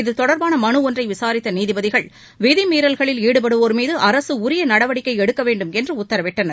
இத்தொடர்பான மனு ஒன்றை விசாரித்த நீதிபதிகள் விதிமீறல்களில் ஈடுபடுவோர் மீது அரசு உரிய நடவடிக்கை எடுக்க வேண்டும் என்று உத்தரவிட்டனர்